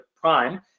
Prime